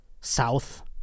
south